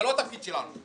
זה לא התפקיד שלנו.